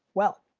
well.